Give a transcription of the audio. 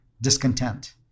discontent